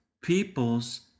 peoples